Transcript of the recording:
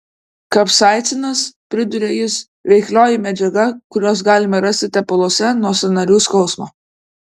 kapsaicinas priduria jis veiklioji medžiaga kurios galima rasti tepaluose nuo sąnarių skausmo